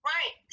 Right